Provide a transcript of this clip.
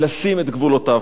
לשים את גבולותיו.